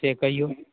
से कहिऔ